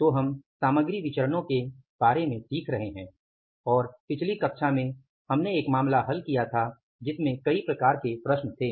तो हम सामग्री विचरणो के बारे में सीख रहे हैं और पिछली कक्षा में हमने एक मामला हल किया था जिसमें कई प्रकार के प्रश्न थे